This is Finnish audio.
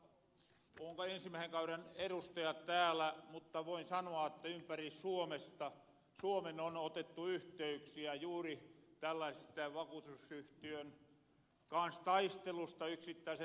oon ensimmäisen kauden edustaja täällä mutta voin sanoa että ympäri suomen on otettu yhteyksiä juuri tällaisista vakuutusyhtiön kans taisteluista yksittäiset henkilöt